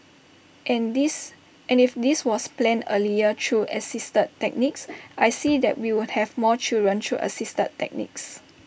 and this and if this was planned earlier through assisted techniques I see that we would have more children through assisted techniques